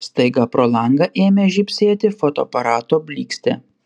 staiga pro langą ėmė žybsėti fotoaparato blykstė